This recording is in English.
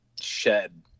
shed